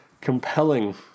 compelling